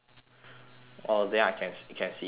oh then I can can see each other right